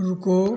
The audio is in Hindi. रुको